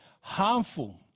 harmful